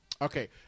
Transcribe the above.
Okay